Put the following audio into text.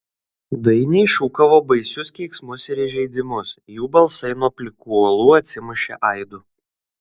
dainiai šūkavo baisius keiksmus ir įžeidimus jų balsai nuo plikų uolų atsimušė aidu